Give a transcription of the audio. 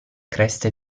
creste